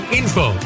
info